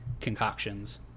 concoctions